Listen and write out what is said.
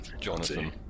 Jonathan